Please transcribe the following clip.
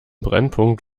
brennpunkt